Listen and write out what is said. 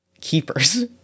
keepers